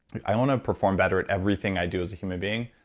i want to perform better at everything i do as a human being,